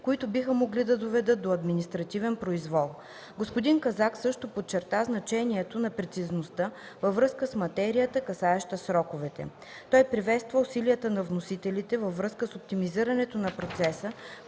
които биха могли да доведат до административен произвол. Господин Казак също подчерта значението на прецизността във връзка с материята, касаеща сроковете. Той приветства усилията на вносителите във връзка с оптимизирането на процеса